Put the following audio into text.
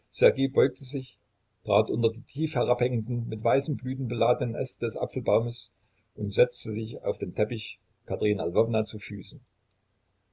beugte sich trat unter die tief herabhängenden mit weißen blüten beladenen äste des apfelbaumes und setzte sich auf den teppich katerina lwowna zu füßen